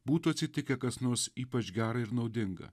būtų atsitikę kas nors ypač gera ir naudinga